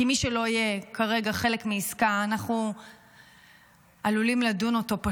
אנחנו כאן, נלחמים